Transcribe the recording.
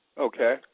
Okay